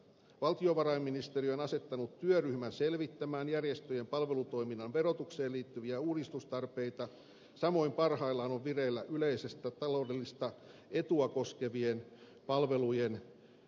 valtiovarainministeriö on asettanut työryhmän selvittämään järjestöjen palvelutoiminnan verotukseen liittyviä uudistustarpeita samoin parhaillaan on vireillä yleistä taloudellista etua koskevien palvelujen kartoitus